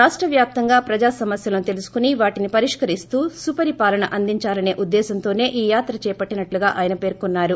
రాష్ట వ్యాప్తంగా ప్రజా సమస్యలను తెలుసుకుని వాటిని పరిష్కరిస్తూ సుపరిపాలన అందించాలనే ఉద్దేశంతోనే ఈ యాత్ర చేపట్లినట్లు ఆయన పేర్కొన్నారు